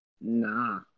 Nah